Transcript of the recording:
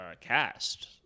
cast